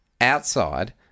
outside